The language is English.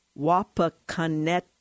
Wapakoneta